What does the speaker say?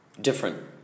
different